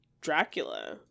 Dracula